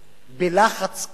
בלחץ קטן,